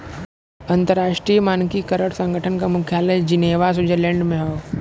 अंतर्राष्ट्रीय मानकीकरण संगठन क मुख्यालय जिनेवा स्विट्जरलैंड में हौ